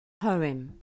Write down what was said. Poem